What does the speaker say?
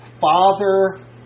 father